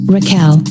Raquel